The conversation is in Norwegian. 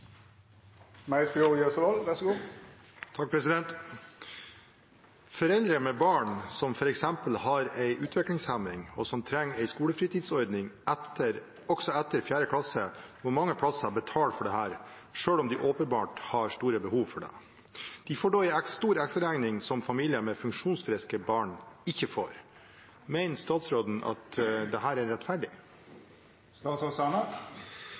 med barn som f.eks. har en utviklingshemming, og som trenger en skolefritidsordning også etter 4. klasse, må mange steder betale for dette, selv om de åpenbart har behov for det. De får da en stor ekstraregning som familier med funksjonsfriske barn ikke får. Mener statsråden det er rettferdig?» Det spørsmålet som tas opp her, er